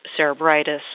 cerebritis